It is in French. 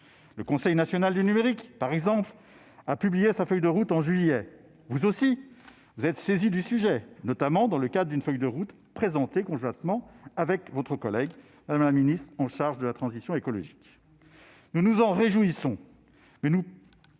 le Conseil national du numérique a publié sa feuille de route en juillet. Vous-même vous êtes également saisi du sujet, notamment dans le cadre d'une feuille de route présentée conjointement avec votre collègue chargée de la transition écologique. Nous nous en réjouissons, mais nous